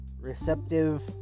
receptive